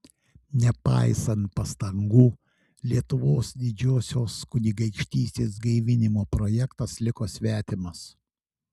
nepaisant pastangų lietuvos didžiosios kunigaikštystės gaivinimo projektas liko svetimas